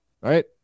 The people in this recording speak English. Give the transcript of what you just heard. right